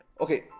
Okay